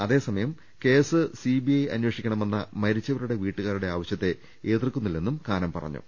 അതേ സമയം case CBI അന്വേഷി ക്കണമെന്ന മരിച്ചവരുടെ വീട്ടുകാരു ടെ ആവശ്യത്തെ എതിർക്കുന്നില്ലെന്നും കാനം പറഞ്ഞു